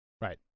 Right